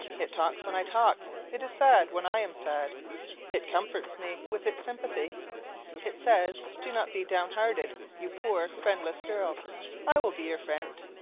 it talks when i talk it is sad when i am sad it comforts me with its sympathy it says, do not be downhearted, you poor friendless girl i will be your friend.